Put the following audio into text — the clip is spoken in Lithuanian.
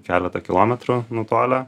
keletą kilometrų nutolę